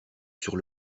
sur